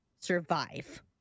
survive